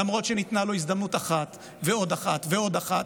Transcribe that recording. למרות שניתנה לו הזדמנות אחת ועוד אחת ועוד אחת,